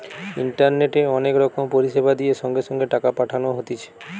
ইন্টারনেটে অনেক রকম পরিষেবা দিয়ে সঙ্গে সঙ্গে টাকা পাঠানো হতিছে